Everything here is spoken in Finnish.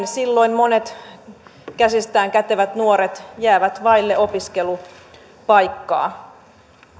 silloin monet käsistään kätevät nuoret jäävät vaille opiskelupaikkaa